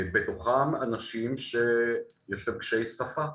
בתוכם אנשים שיש להם קשיי שפה,